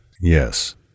Yes